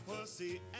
pussy